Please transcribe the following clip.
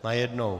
Najednou.